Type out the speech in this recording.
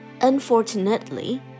Unfortunately